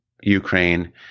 Ukraine